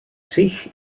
zich